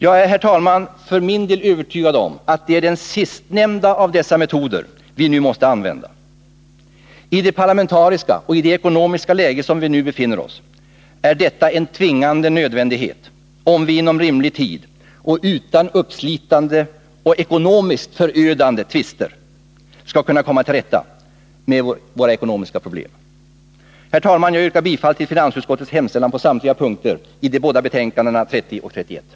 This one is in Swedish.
Jag är, herr talman, för min del övertygad om att det är den sistnämnda av dessa metoder vi nu måste använda. I det parlamentariska och ekonomiska läge vi nu befinner oss i är detta en tvingande nödvändighet, om vi inom rimlig tid och utan uppslitande och ekonomiskt förödande tvister skall kunna komma till rätta med våra ekonomiska problem. Herr talman! Jag yrkar bifall till finansutskottets hemställan i betänkande 30 på samtliga punkter.